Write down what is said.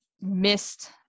missed